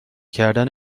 کردن